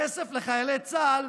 כסף לחיילי צה"ל